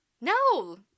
No